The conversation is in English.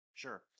Sure